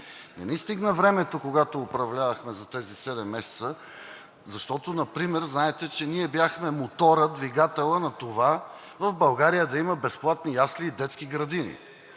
Не ни стигна времето, когато управлявахме за тези седем месеца, защото например знаете, че ние бяхме моторът, двигателят на това в България да има безплатни ясли и детски градини